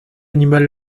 animal